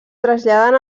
traslladen